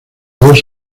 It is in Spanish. dos